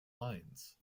lines